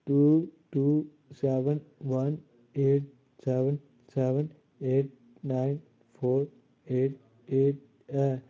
to two seven one eight seven seven eight nine four eight eight ऐ